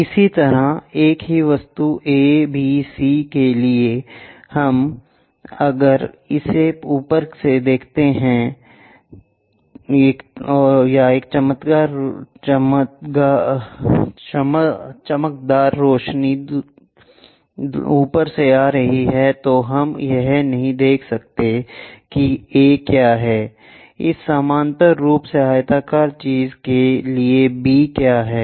इसी तरह एक ही वस्तु A B C के लिए अगर हम इसे ऊपर से देखने जा रहे हैं या एक चमकदार रोशनी ऊपर से आ रही है तो हम यह नहीं देख सकते हैं कि A क्या है इस समानांतर रूप से आयताकार चीज़ के लिए बी क्या है